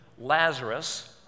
Lazarus